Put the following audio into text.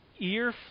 ear